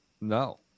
no